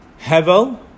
Hevel